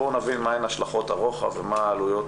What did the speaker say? בואו נבין מהן השלכות הרוחב ומה העלויות